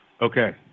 Okay